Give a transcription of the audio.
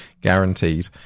guaranteed